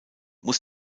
muss